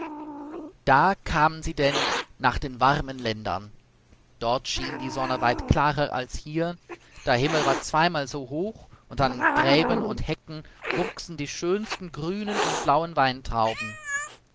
da kamen sie denn nach den warmen ländern dort schien die sonne weit klarer als hier der himmel war zweimal so hoch und an gräben und hecken wuchsen die schönsten grünen und blauen weintrauben